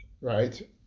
Right